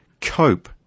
cope